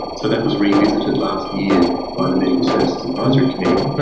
so that was revisited last year by the medical services advisory committee. but